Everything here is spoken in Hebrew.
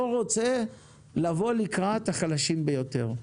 לא רוצה לבוא לקראת החלשים ביותר.